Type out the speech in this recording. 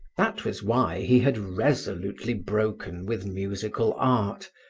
that was why he had resolutely broken with musical art,